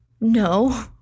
No